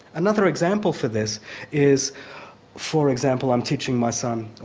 another example for this is for example, i'm teaching my son,